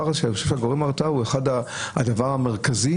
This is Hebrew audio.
אני חושב שגורם ההתרעה הוא הדבר המרכזי